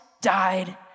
died